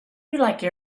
like